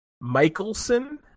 Michelson